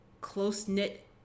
close-knit